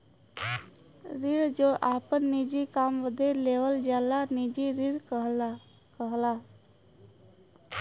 ऋण जौन आपन निजी काम बदे लेवल जाला निजी ऋण कहलाला